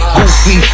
Goofy